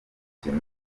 gukina